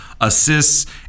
assists